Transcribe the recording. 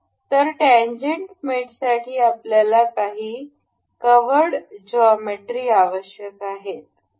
तर tangents meet साठी आपल्याला काही कव्हर्ड जॉमेट्री आवश्यक आहे